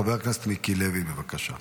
חבר הכנסת מיקי לוי, בבקשה.